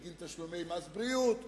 בגין תשלומי מס בריאות,